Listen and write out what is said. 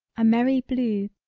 are merry blew,